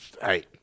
hey